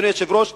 אדוני היושב-ראש,